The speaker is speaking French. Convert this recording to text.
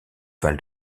val